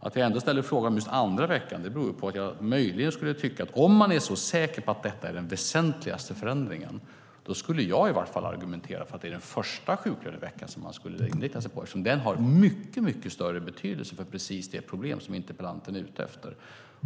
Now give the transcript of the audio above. Att vi ändå ställer frågan om just andra sjuklöneveckan beror på att om man är så säker på att detta är den väsentligaste förändringen skulle jag i alla fall argumentera för att det är den första sjuklöneveckan som man skulle inrikta sig på eftersom den har mycket större betydelse för precis det problem som interpellanten är ute efter.